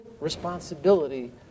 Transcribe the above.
responsibility